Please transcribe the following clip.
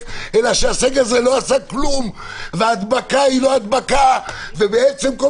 והרבה מאוד אנשים יובכו.